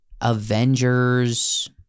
Avengers